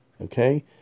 okay